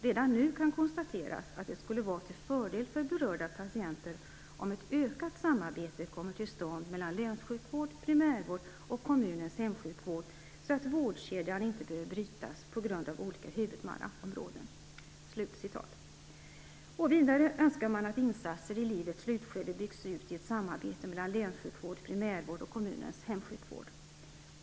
Redan nu kan konstateras, att det skulle vara till fördel för berörda patienter om ett ökat samarbete kommer till stånd mellan länssjukvård, primärvård och kommunens hemsjukvård, så att vårdkedjan inte behöver brytas p.g.a. olika huvudmannaområden." Vidare önskar man att insatser i livets slutskede byggs ut i ett samarbete mellan länssjukvård, primärvård och kommunens hemsjukvård.